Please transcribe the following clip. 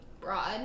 Broad